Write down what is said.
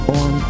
on